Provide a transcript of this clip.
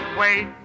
wait